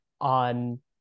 on